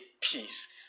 peace